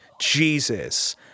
Jesus